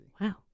Wow